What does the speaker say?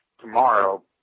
tomorrow